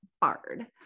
bard